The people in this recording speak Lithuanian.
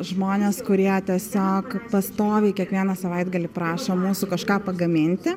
žmonės kurie tiesiog pastoviai kiekvieną savaitgalį prašo mūsų kažką pagaminti